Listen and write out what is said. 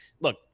look